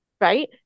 Right